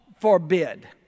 forbid